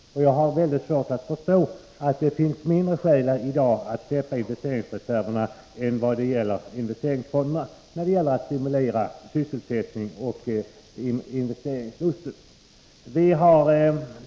Jag har mycket svårt att förstå att det skulle finnas mindre skäl i dag att släppa investeringsreserverna på samma sätt som investeringsfonderna i syfte att stimulera sysselsättning och investeringslust.